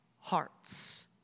hearts